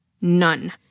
None